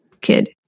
kid